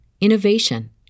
innovation